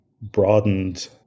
broadened